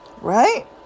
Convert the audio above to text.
Right